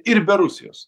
ir be rusijos